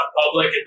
public